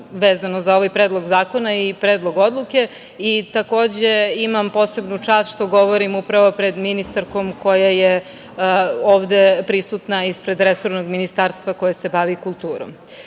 vezano za ovaj Predlog zakona i Predlog odluke i takođe imam posebnu čast što govorim pred ministarkom koja je ovde prisutna ispred resornog ministarstva koje se bavi kulturom. Kada